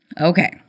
Okay